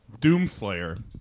Doomslayer